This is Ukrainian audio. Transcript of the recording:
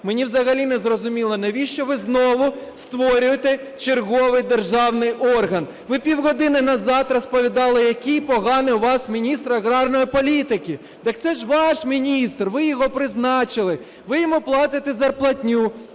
Мені взагалі незрозуміло, навіщо ви знову створюєте черговий державний орган. Ви півгодини назад розповідали, який поганий у вас міністр аграрної політики. Так це ж ваш міністр, ви його призначили, ви йому платите зарплатню.